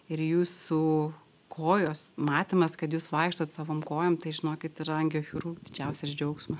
ir jūsų kojos matymas kad jūs vaikštot savom kojom tai žinokit yra angiochirurgų didžiausias džiaugsmas